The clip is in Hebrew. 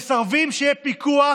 מסרבים שיהיה פיקוח